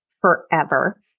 forever